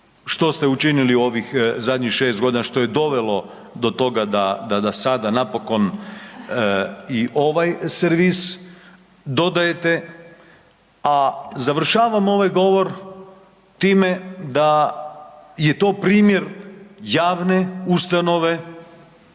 što ste učinili u ovih zadnjih šest godina što je dovelo do toga da sada napokon i ovaj servis dodajete. A završavam ovaj govor time da je to primjer javne ustanove